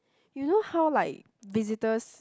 you know how like visitors